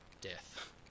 death